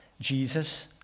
Jesus